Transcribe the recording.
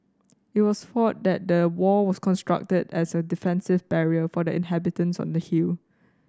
it was thought that the wall was constructed as a defensive barrier for the inhabitants on the hill